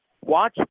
Watch